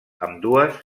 ambdues